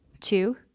Two